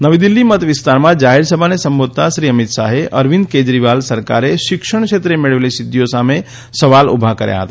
નવી દિલ્ફી મત વિસ્તારમાં જાહેરસભાને સંબોધતા શ્રી અમિત શાહે અરવિંદ કેજરીવાલ સરકારે શિક્ષણ ક્ષેત્રે મેળવેલી સિદ્ધિઓ સામે સવાલ ઉભા કર્યા હતા